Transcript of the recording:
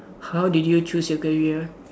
how did you choose your career